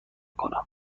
کنم